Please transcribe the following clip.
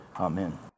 Amen